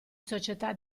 società